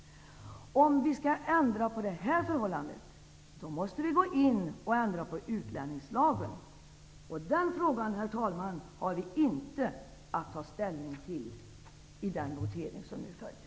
Om vi skall ändra på detta förhållande, måste vi gå in och ändra utlänningslagen. Den frågan, herr talman, har vi inte att ta ställning till i den votering som nu följer.